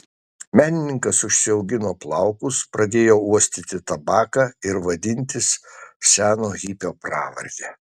menininkas užsiaugino plaukus pradėjo uostyti tabaką ir vadintis seno hipio pravarde